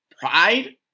pride